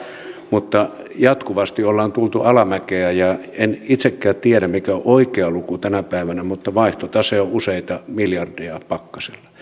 mutta jatkuvasti ollaan tultu alamäkeä en itsekään tiedä mikä on oikea luku tänä päivänä mutta vaihtotase on useita miljardeja pakkasella